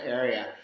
area